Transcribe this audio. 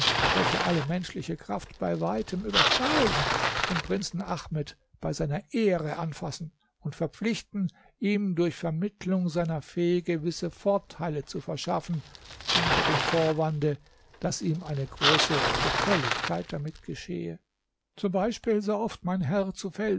welche alle menschliche kraft bei weitem übersteigen den prinzen ahmed bei seiner ehre anfassen und verpflichten ihm durch vermittlung seiner fee gewisse vorteile zu verschaffen unter dem vorwande daß ihm eine große gefälligkeit damit geschehe z b sooft mein herr